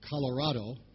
Colorado